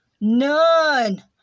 none